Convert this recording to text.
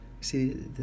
See